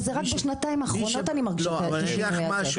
אבל רק בשנתיים האחרונות שאני מרגישה את השינוי הזה.